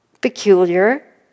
peculiar